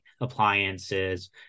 appliances